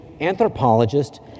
anthropologist